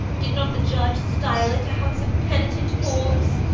did not the judge style it a house of penitent whores?